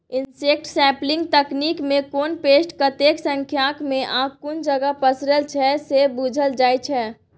insect sampling तकनीकमे कोन pest कतेक संख्यामे आ कुन जगह पसरल छै से बुझल जाइ छै